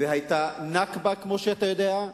והיתה "נכבה", כמו שאתה יודע,